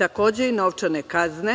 takođe i novčane kazne